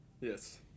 yes